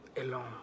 alone